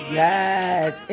yes